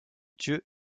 dieu